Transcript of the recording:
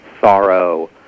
sorrow